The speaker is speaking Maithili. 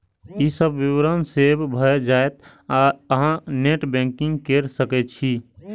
ई सब विवरण सेव भए जायत आ अहां नेट बैंकिंग कैर सकै छी